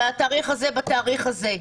בתאריך הזה ובתאריך הזה,